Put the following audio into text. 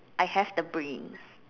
I have the brains